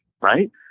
right